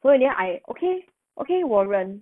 so then I okay okay 我忍